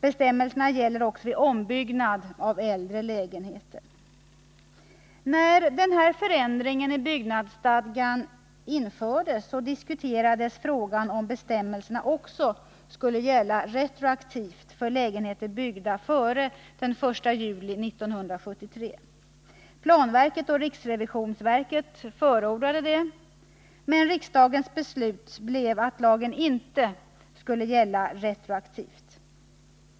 Bestämmelserna gäller också vid ombyggnad av äldre lägenheter; När den här förändringen i byggnadsstadgan infördes, diskuterades frågan om bestämmelserna också skulle gälla retroaktivt för lägenheter byggda före 1 juli 1973. Planverket och riksrevisionsverket förordade detta. Men riksdagens beslut blev att lagen inte skulle gälla retroaktivt.